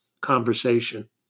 conversation